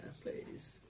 please